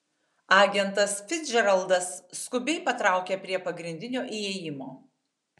agentas ficdžeraldas skubiai patraukia prie pagrindinio įėjimo